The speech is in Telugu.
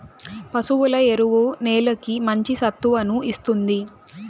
పశువుల ఎరువు నేలకి మంచి సత్తువను ఇస్తుంది